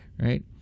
right